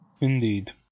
Indeed